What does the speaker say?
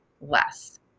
less